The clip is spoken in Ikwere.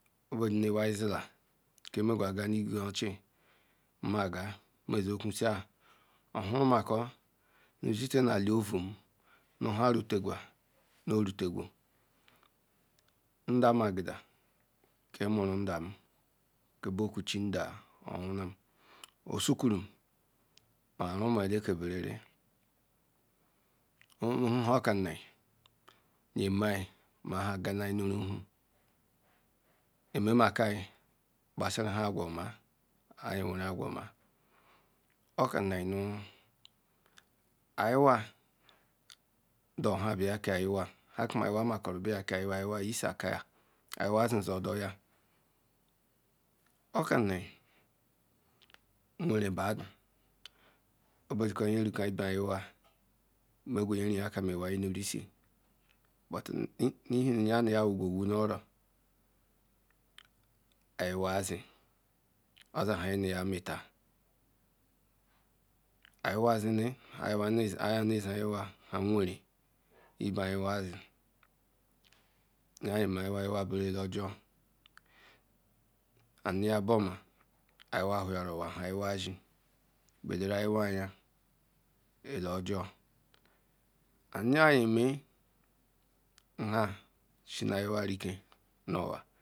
Ogbabedui nu ewai zila ke ma gaga na ezie ochi nmozie kwusie ohuru makor eli ovu nu nha rutogloa na orutogwum ndam agida ke muru ndem ke bokwu chinde onwuram zukwurum ma ruma eleke berere oweru nka okanaim nyemaim nhaganai nu ruhu ome makai nu nha gbasaru agwa oma nweru agwa oma okanaim nu ayiwa dor nla bula kai ayiwa nha ayiwa mekoro bula ayiwa yizi aka ayiwa zzzodoya okanaim nkre bada obedikwa nyeraka ibe ayiwa m gwu nyerye kia iwai mrishe ihienuyanuya wugeowu nu oro ayiwa zea ozi nha ayinuyamate ayilea zeame ayiwa zeana were ha ibeayiwa zi nuya nip awa baru ele ofor nu ya bu oma ha ayiwa whuya ru owa bu ayiwa zie belera ayiwa aye ojor nu ga ye me nha shenu ayiwa reka nu owa